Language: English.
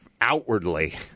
outwardly